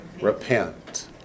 Repent